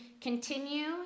continue